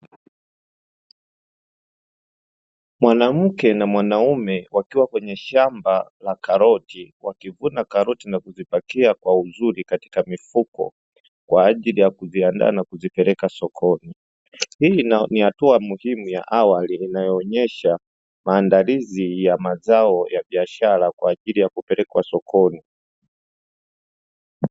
Mwanamke na mwanaume wakiwa kwenye shamba la karoti wakivuna karoti na kuzipakia kwa uzuri katika mifuko kwa ajili ya kuziandaa na kuzipeleka sokoni, hii ni hatua muhimu ya awali inayoonyesha maandalizi ya mazao ya biashara kwa ajili ya kupelekwa sokoni.